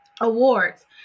awards